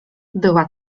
była